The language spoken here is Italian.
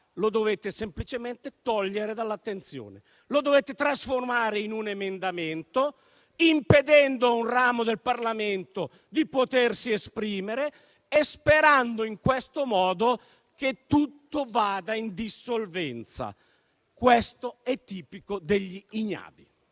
Dovete semplicemente distogliere l'attenzione. Lo dovete trasformare in un emendamento, impedendo a un ramo del Parlamento di potersi esprimere, sperando in questo modo che tutto vada in dissolvenza. Questo è tipico degli ignavi.